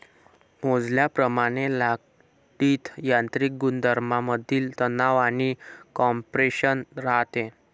मोजल्याप्रमाणे लाकडीत यांत्रिक गुणधर्मांमधील तणाव आणि कॉम्प्रेशन राहते